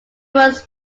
was